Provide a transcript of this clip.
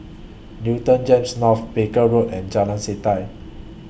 Newton Gems North Barker Road and Jalan Setia